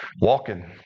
walking